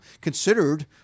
considered